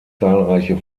zahlreiche